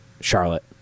Charlotte